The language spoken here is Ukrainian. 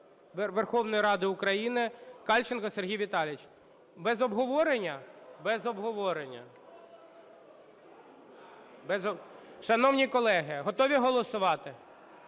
Верховної Ради України Кальченко Сергій Віталійович. Без обговорення? Без обговорення. Шановні колеги, готові голосувати?